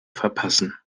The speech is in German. verpassen